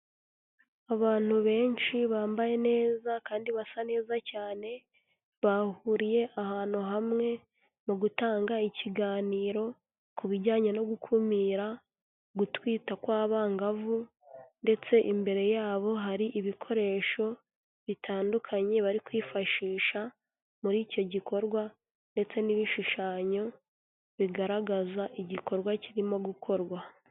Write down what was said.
Abantu benshi bambaye neza kandi basa neza cyane, bahuriye ahantu hamwe mu gutanga ikiganiro ku bijyanye no gukumira gutwita kw'abangavu ndetse imbere yabo hari ibikoresho bitandukanye, bari kwifashisha muri icyo gikorwa ndetse n'ibishushanyo bigaragaza igikorwa kirimo gukorwa.